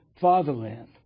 fatherland